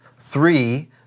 three